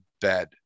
bed